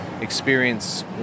experience